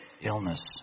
illness